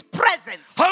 presence